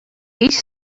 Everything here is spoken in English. each